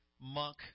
monk